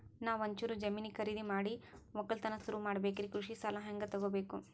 ನಾ ಒಂಚೂರು ಜಮೀನ ಖರೀದಿದ ಮಾಡಿ ಒಕ್ಕಲತನ ಸುರು ಮಾಡ ಬೇಕ್ರಿ, ಕೃಷಿ ಸಾಲ ಹಂಗ ತೊಗೊಬೇಕು?